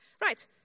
Right